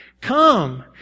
Come